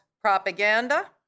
propaganda